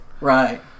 Right